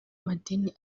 amadini